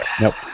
Nope